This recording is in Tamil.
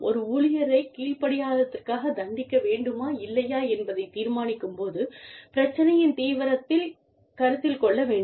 ஒரு ஊழியரைக் கீழ்ப்படியாததற்காகத் தண்டிக்க வேண்டுமா இல்லையா என்பதை தீர்மானிக்கும் போது பிரச்சினையின் தீவிரத்தைக் கருத்தில் கொள்ள வேண்டும்